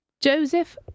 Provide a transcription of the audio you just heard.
Joseph